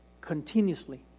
continuously